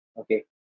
Okay